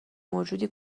موجودی